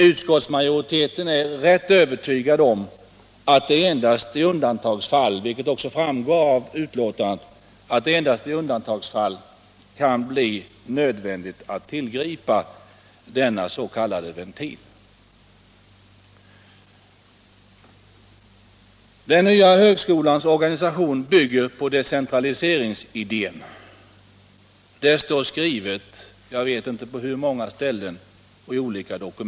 Utskottsmajoriteten är, som framgår av utskottsbetänkandet, rätt övertygad om att det endast i undantagsfall kan bli nödvändigt att tillgripa denna s.k. säkerhetsventil. Den nya högskolans organisation bygger på decentraliseringsidén.